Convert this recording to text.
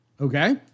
Okay